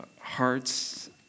hearts